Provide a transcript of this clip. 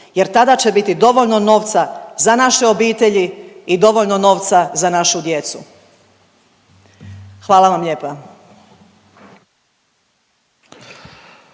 jer tada će biti dovoljno novca za naše obitelji i dovoljno novca za našu djecu. Hvala vam lijepa.